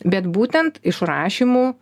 bet būtent išrašymu